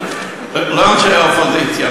ולא אנשי האופוזיציה,